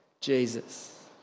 Jesus